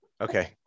okay